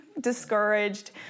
discouraged